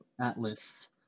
Atlas